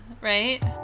right